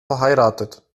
verheiratet